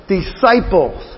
Disciples